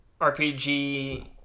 RPG